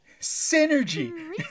Synergy